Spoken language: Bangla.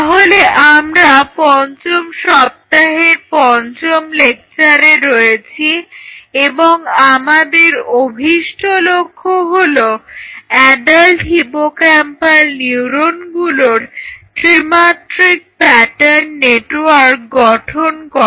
তাহলে আমরা পঞ্চম সপ্তাহের পঞ্চম লেকচারে রয়েছি এবং আমাদের অভিষ্ট লক্ষ্য হলো অ্যাডাল্ট হিপোক্যাম্পাল নিউরনগুলোর ত্রিমাত্রিক প্যাটার্ন নেটওয়ার্ক গঠন করা